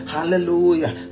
Hallelujah